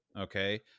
Okay